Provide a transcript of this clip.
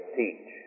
teach